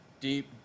deep